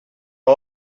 als